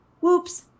Whoops